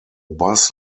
bus